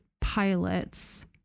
pilots